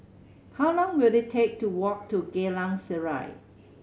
how long will it take to walk to Geylang Serai